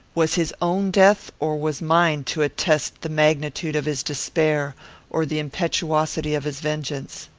was his own death or was mine to attest the magnitude of his despair or the impetuosity of his vengeance?